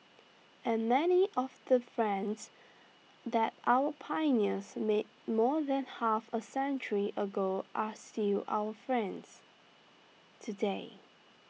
and many of the friends that our pioneers made more than half A century ago are still our friends today